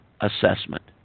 assessment